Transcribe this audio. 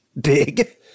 big